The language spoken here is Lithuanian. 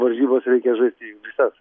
varžybas reikia žaisti visas